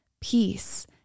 Peace